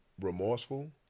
remorseful